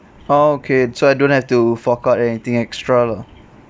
ah okay so I don't have to fork out anything extra lah